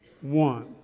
One